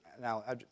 now